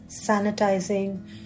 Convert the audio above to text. sanitizing